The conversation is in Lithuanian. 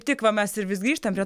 tik va mes ir vis grįžtam prie